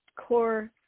core